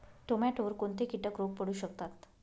टोमॅटोवर कोणते किटक रोग पडू शकतात?